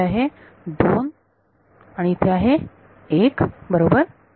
तर इथे आहे 2 दोन आणि इथे आहे 1 बरोबर